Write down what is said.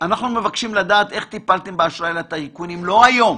אנחנו מבקשים לדעת איך טיפלתם באשראי לטייקונים לא היום,